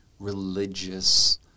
religious